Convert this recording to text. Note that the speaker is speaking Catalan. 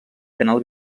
canal